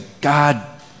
God